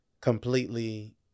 completely